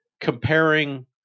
comparing